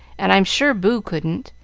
and i'm sure boo couldn't.